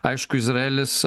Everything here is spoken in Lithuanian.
aišku izraelis